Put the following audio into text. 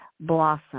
blossom